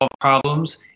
problems